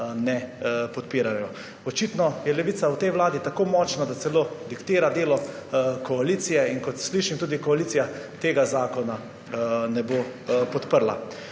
ne podpirajo. Očitno je Levica v tej vladi tako močna, da celo diktira delo koalicije. In kot slišim, tudi koalicija tega zakona ne bo podprla.